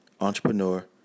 entrepreneur